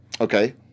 Okay